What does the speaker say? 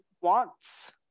wants